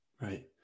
Right